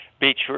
beach